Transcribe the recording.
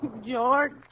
George